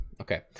okay